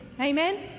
Amen